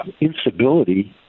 instability